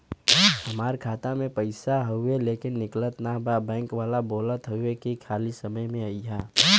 हमार खाता में पैसा हवुवे लेकिन निकलत ना बा बैंक वाला बोलत हऊवे की खाली समय में अईहा